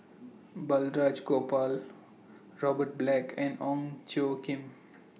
Balraj Gopal Robert Black and Ong Tjoe Kim